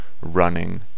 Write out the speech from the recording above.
running